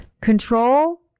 Control